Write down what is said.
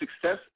success